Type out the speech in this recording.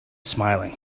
smiling